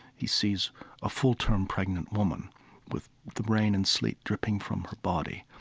he sees a full-term pregnant woman with the rain and sleet dripping from her body.